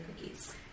cookies